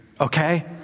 Okay